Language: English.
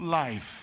life